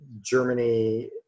Germany